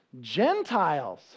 gentiles